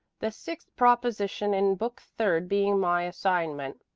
the sixth proposition in book third being my assignment.